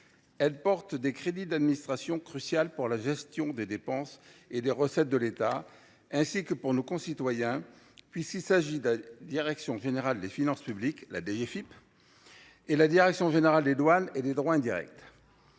Elle porte les crédits d’administrations cruciales pour la gestion des dépenses et des recettes de l’État ainsi que pour nos concitoyens, puisqu’il s’agit de la direction générale des finances publiques (DGFiP) et de la direction générale des douanes et des droits indirects